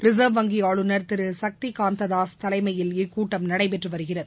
reserve வங்கி ஆளுநர் திரு சக்திகாந்ததாஸ் தலைமையில் இக்கூட்டம் நடைபெற்று வருகிறது